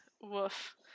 woof